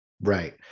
right